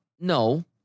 No